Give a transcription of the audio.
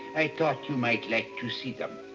i thought you might like to see them.